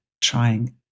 Trying